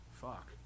Fuck